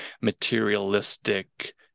materialistic